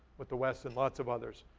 with the west, and lots of others.